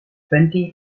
twenty